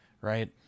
Right